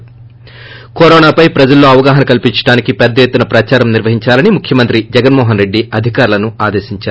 ి కరోనాపై ప్రజలలో అవగాహన కల్పించడానికి పెద్ద ఎత్తున ప్రచారం నిర్వహించాలని ముఖ్యమంత్రి జగన్మోహన్రెడ్డి అధికారులను ఆదేశించారు